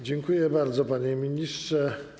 Dziękuję bardzo, panie ministrze.